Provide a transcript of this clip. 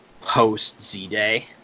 post-Z-Day